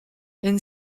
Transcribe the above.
une